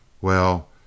Well